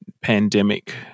pandemic